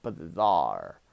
bizarre